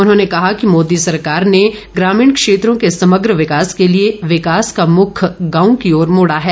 उन्होंने कहा कि मोदी सरकार ने ग्रामीण क्षेत्रों के समग्र विकास के लिए विकास का मुख गांव की ओर मोडा है